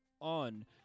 on